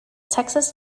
texas